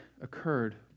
occurred